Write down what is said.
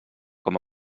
com